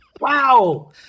wow